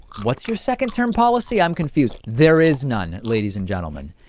what's your second term policy? i'm confused. there is none. ladies and gentlemen,